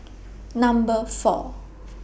Number four